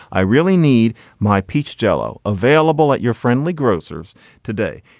i really need my peach jello. available at your friendly grocers today.